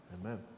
Amen